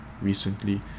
recently